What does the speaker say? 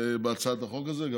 בהצעת החוק הזאת גם,